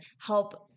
help